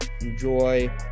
enjoy